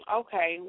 okay